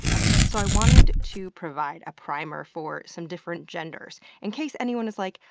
okay, so i wanted to provide a primer for some different genders. in case anyone is like,